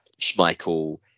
Schmeichel